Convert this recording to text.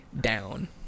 down